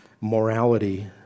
morality